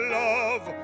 love